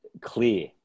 clear